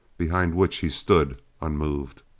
behind which he stood unmoved.